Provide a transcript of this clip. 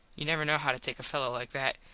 you never know how to take a fello like that.